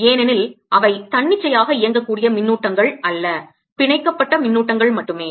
ஏனெனில் அவை தன்னிச்சையாக இயங்க கூடிய மின்னூட்டங்கள் அல்ல பிணைக்கப்பட்ட மின்னூட்டங்கள் மட்டுமே